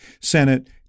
Senate